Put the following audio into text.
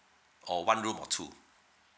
or one room or two